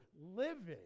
living